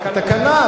התקנה.